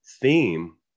theme